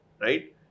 right